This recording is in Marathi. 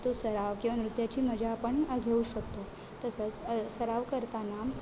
तो सराव किंवा नृत्याची मजा आपण घेऊ शकतो तसंच सराव करताना